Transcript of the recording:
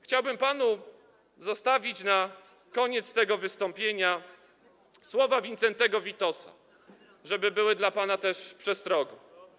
Chciałbym panu zostawić na koniec tego wystąpienia słowa Wincentego Witosa, żeby były dla pana też przestrogą.